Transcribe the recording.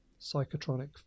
Psychotronic